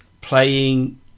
playing